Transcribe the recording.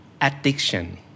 addiction